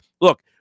look –